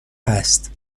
هست